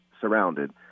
surrounded